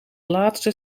laatste